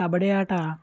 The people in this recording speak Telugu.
కబడ్డీ ఆట